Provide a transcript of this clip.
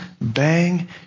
bang